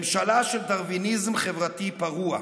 ממשלה של דרוויניזם חברתי פרוע.